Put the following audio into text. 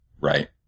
Right